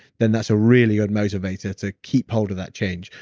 then that's a really good motivator to keep hold of that change.